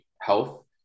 health